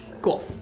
Cool